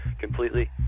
completely